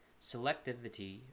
selectivity